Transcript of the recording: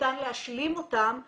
ניתן להשלים אותם בראיות.